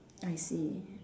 I see